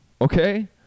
okay